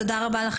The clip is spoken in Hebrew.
תודה רבה לך,